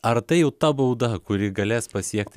ar tai jau ta bauda kuri galės pasiekti